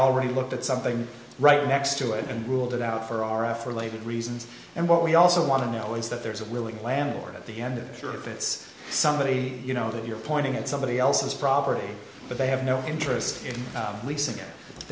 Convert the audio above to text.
already looked at something right next to it and ruled it out for our effort later reasons and what we also want to know is that there's a willing landlord at the end of sure if it's somebody you know that you're pointing at somebody else's property but they have no interest in leasing